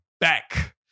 back